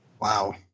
Wow